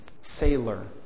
Sailor